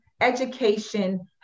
education